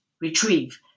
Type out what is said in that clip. retrieve